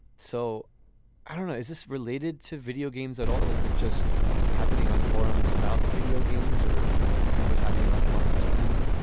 so i don't know. is this related to video games at all if it's just happening on forums about video games or pretty much happening on forums everywhere